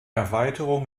erweiterung